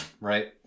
right